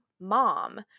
mom